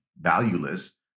valueless